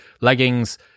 leggings